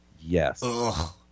Yes